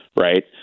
right